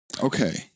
okay